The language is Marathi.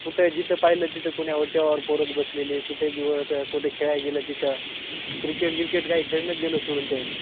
कुठे जिथे पाहिलं तिथे कुण्या ओट्यावर पोरत बसलेली कुठेही वटं कुठे खेळायला गेलं तिथं क्रिकेट ग्रिकेट काय खेळणंच दिलं सोडून त्यांनी